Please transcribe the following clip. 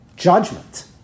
Judgment